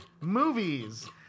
movies